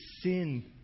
sin